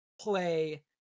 play